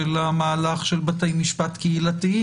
של המהלך של בתי משפט קהילתיים,